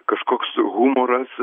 kažkoks humoras